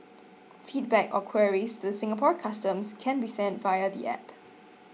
Feedback or queries to the Singapore Customs can be sent via the app